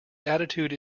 attitude